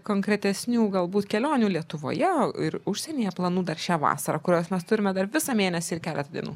konkretesnių galbūt kelionių lietuvoje ir užsienyje planų dar šią vasarą kuriuos mes turime dar visą mėnesį ir keletą dienų